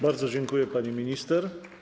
Bardzo dziękuję, pani minister.